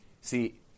See